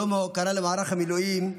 יום ההוקרה למערך המילואים,